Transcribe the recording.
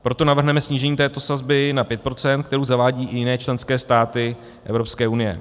Proto navrhneme snížení této sazby na 5 %, kterou zavádějí i jiné členské státy Evropské unie.